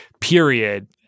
period